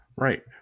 Right